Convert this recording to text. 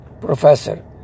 professor